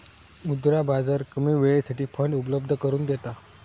मुद्रा बाजार कमी वेळेसाठी फंड उपलब्ध करून देता